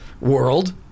world